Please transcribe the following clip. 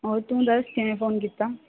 ਔਰ ਤੂੰ ਦੱਸ ਕਿਵੇਂ ਫੋਨ ਕੀਤਾ